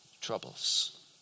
troubles